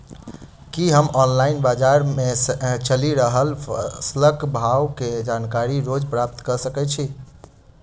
की हम ऑनलाइन, बजार मे चलि रहल फसलक भाव केँ जानकारी रोज प्राप्त कऽ सकैत छी?